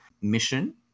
mission